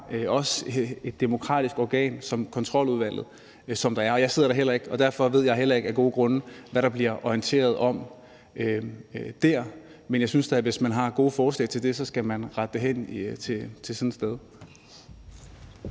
har et demokratisk organ som Kontroludvalget, og jeg sidder heller ikke i det, og derfor ved jeg af gode grunde heller ikke, hvad der bliver orienteret om der. Men jeg synes da, at man, hvis man har nogle gode forslag til det, så skal rette dem til sådan et sted.